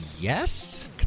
yes